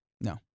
No